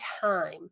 time